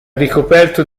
ricoperto